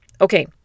Okay